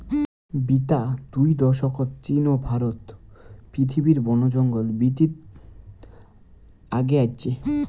বিতা দুই দশকত চীন ও ভারত পৃথিবীত বনজঙ্গল বিদ্ধিত আগে আইচে